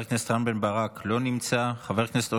חבר הכנסת רם בן ברק, לא נמצא.